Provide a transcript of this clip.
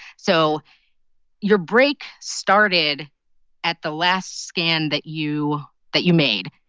so your break started at the last scan that you that you made.